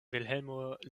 vilhelmo